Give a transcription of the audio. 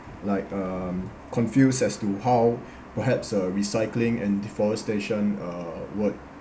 like um confused as to how perhaps uh recycling and deforestation uh would